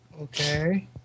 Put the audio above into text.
Okay